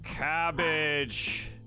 Cabbage